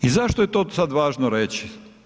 I zašto je to sada važno reći?